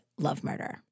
lovemurder